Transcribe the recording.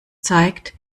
zeigt